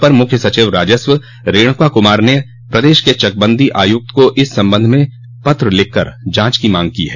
अपर मुख्य सचिव राजस्व रेणुका कुमार ने प्रदेश के चकबंदी आयुक्त को इस संबंध में पत्र लिखकर जांच की मांग की है